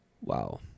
Wow